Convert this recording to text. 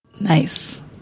Nice